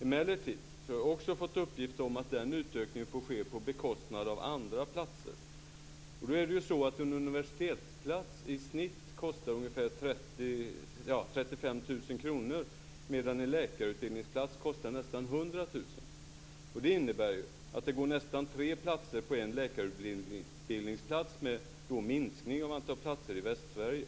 Emellertid har jag också fått uppgift om att den utökningen får ske på bekostnad av andra platser. Nu är det så att en universitetsplats i snitt kostar ungefär 35 000 kr, medan en läkarutbildningsplats kostar nästan 100 000 kr. Det innebär ju att det går nästan tre andra platser på en läkarutbildningsplats. Det betyder en minskning av antalet platser i Västsverige.